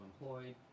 employed